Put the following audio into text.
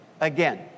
again